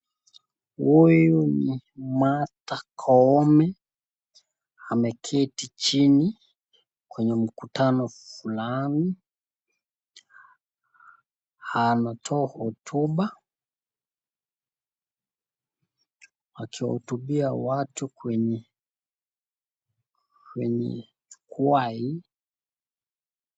Huyu ni Martha Koome, ameketi chini kwenye mkutano fulani, anatoa hotuba, akihutubia watu kwenye jukwaa hii.